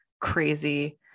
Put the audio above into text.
crazy